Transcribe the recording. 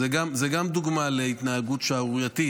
גם זו דוגמה להתנהגות שערורייתית.